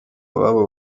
ababo